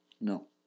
No